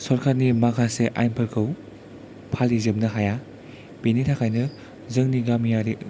सरखारनि माखासे आयेनफोरखौ फालिजोबनो हाया बेनि थाखायनो जोंनि गामियारि